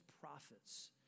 prophets